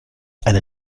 eine